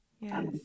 Yes